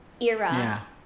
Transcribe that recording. era